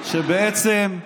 שנייה, דקה.